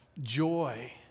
joy